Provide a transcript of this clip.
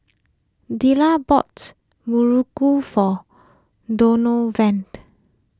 Delilah bought Muruku for Donovan